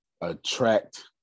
attract